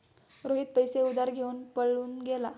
रोहित पैसे उधार घेऊन पळून गेला